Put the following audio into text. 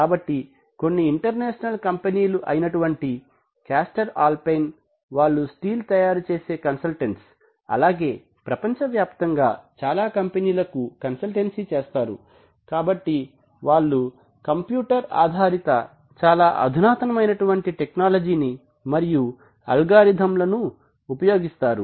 కాబట్టి కొన్ని ఇంటర్నేషనల్ కంపెనీలైనటువంటి కాస్టర్ ఆల్పైన్ వాళ్లు స్టీల్ తయారుచేసే కన్సల్టెంట్స్ అలాగే ప్రపంచవ్యాప్తంగా చాలా కంపెనీలకు కన్సల్టెన్సీ చేస్తారు కాబట్టి వాళ్ళు కంప్యూటర్ ఆధారిత చాలా అధునాతనమైన టెక్నాలజి ని మరియు అల్గారితమ్ లను ఉపయోగిస్తారు